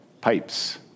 pipes